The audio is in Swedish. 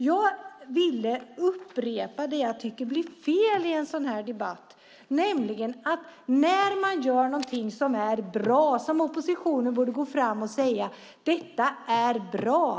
Jag vill dock upprepa det jag tycker blir fel i en sådan här debatt, nämligen att oppositionen när regeringen gör någonting bra borde gå fram och säga att det är bra.